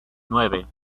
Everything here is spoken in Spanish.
nueve